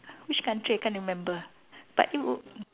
which country I can't remember but it w~